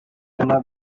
una